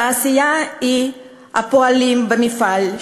תעשייה היא הפועלים במפעל,